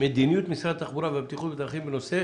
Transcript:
מדיניות משרד התחבורה והבטיחות בדרכים בנושא